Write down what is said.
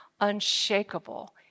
unshakable